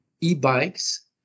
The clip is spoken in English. e-bikes